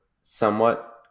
somewhat